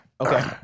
Okay